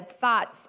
thoughts